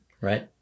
right